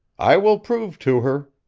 i will prove to her,